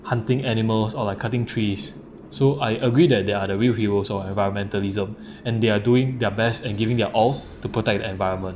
hunting animals or like cutting trees so I agree that they are the real hero of environmentalism and they're doing their best and giving their all to protect the environment